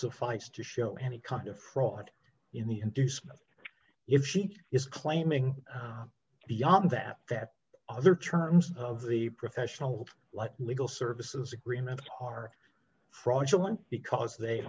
suffice to show any kind of fraud in the inducement if she is claiming beyond that that other terms of the professional life legal services agreements are fraudulent because they